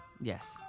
Yes